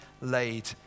laid